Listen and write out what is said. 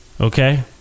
Okay